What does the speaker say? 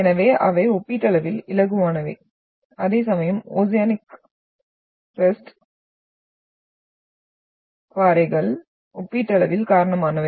எனவே அவை ஒப்பீட்டளவில் இலகுவானவை அதே சமயம் ஓசியானிக் பாறைகள் ஒப்பீட்டளவில் கனமானவை